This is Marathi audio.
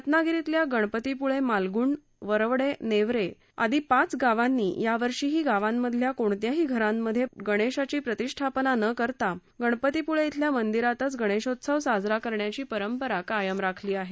रत्नागिरीतल्या गणपतीपुळे मालगुंड वरवडे नेवरे यासह एकूण पाच गावांनी यावर्षीही गावांमधल्या कोणत्याही घरांमध्ये गणेशाची प्रतिष्ठापना न करता गणपतीपुळे मंदिरातच गणेशोत्सव साजरा करण्याची परंपरा कायम राखली आहे